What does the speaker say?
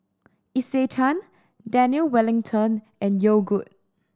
Isetan Daniel Wellington and Yogood